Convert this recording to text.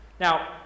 Now